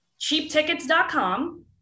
cheaptickets.com